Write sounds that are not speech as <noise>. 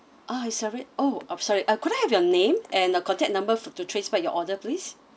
ah I sorry orh uh sorry uh could I have your name and uh contact number for to trace back your order please <breath>